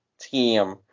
team